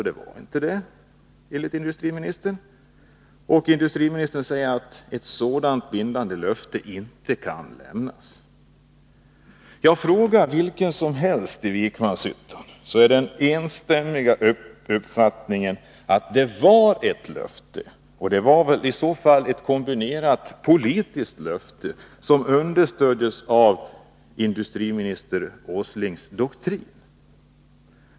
Industriministern säger att ett sådant bindande löfte inte kan lämnas. Man kan fråga vem som helst i Vikmanshyttan, så får man som svar den samstämmiga uppgiften att det var ett löfte. Det var i så fall ett kombinerat politiskt löfte, som understöddes av industriminister Åslings doktrin.